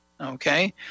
okay